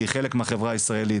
כי היא חלק מהחברה הישראלית.